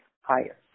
higher